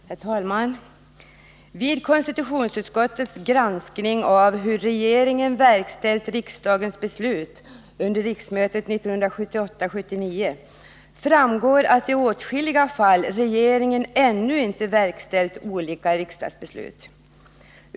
Herr talman! Vid konstitutionsutskottets granskning av hur regeringen har verkställt riksdagens beslut under riksmötet 1978/79 framgick att regeringen i åtskilliga fall ännu inte har verkställt fattade riksdagsbeslut.